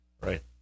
Right